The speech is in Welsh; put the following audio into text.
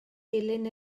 dilyn